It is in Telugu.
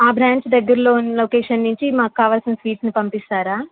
ఆ బ్రాంచ్ దగ్గరలో ఉన్న లొకేషన్ నుంచి మాకు కావాల్సిన స్వీట్స్ని పంపిస్తారా